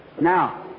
Now